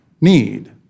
need